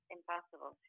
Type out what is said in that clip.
Impossible